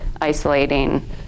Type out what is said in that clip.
isolating